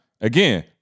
again